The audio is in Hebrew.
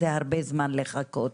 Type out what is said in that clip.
זה הרבה זמן לחכות.